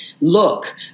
look